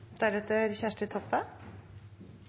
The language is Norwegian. der. Kjersti Toppe